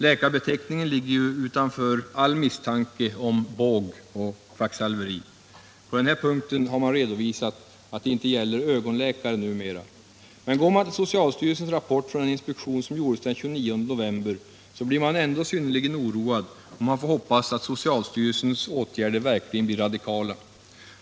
Läkarbeteckningen undanröjer ju all misstanke om båg eller kvacksalveri. På den punkten har man numera visserligen redovisat att det inte gäller ögonläkare, men om man går till socialstyrelsens rapport från den inspektion som gjordes den 29 november, blir man synnerligen oroad, och man får hoppas att socialstyrelsens åtgärder verkligen blir radikala.